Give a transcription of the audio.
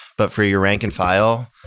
but for your rank-and-file,